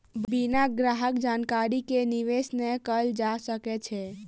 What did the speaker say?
बिना ग्राहक जानकारी के निवेश नै कयल जा सकै छै